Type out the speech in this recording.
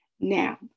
Now